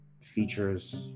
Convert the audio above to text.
features